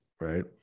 right